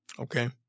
Okay